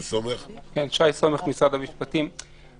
שי סומך, ממשרד המשפטים, בבקשה.